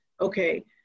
Okay